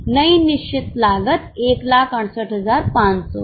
नई निश्चित लागत 168500 है